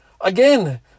again